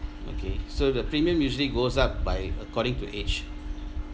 okay so the premium usually goes up by according to age